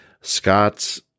Scott's